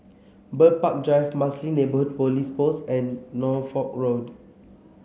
Bird Park Drive Marsiling Police Post and Norfolk Road